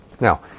Now